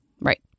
Right